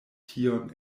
tion